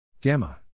Gamma